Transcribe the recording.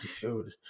dude